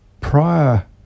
prior